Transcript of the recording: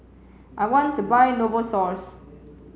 I want to buy Novosource